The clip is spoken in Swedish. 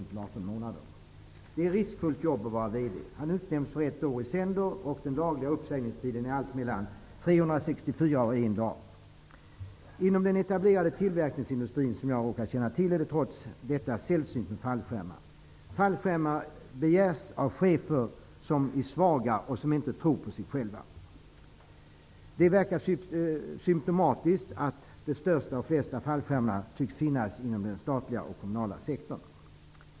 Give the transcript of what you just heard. Det är ett riskfyllt arbete att vara VD. VD utnämns för ett år i sänder. Den lagliga uppsägningstiden är allt mellan 1 och 364 dagar. Inom den etablerade tillverkningsindustrin, som jag råkar känna till, är det trots detta sällsynt med fallskärmsavtal. Sådana avtal begärs av chefer som är svaga och som inte tror på sig själva. Det verkar symtomatiskt att de flesta och mest förmånliga fallskärmsavtalen tycks finnas inom den statliga och den kommunala sektorn.